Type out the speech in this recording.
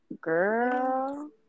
girl